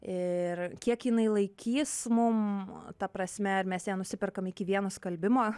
ir kiek jinai laikys mum ta prasme ar mes ją nusiperkam iki vieno skalbimo